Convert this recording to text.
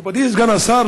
מכובדי סגן השר,